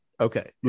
Okay